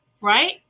right